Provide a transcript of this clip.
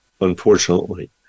unfortunately